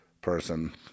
person